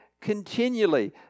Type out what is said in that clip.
continually